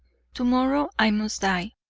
tomorrow i must die.